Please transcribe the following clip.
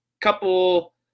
couple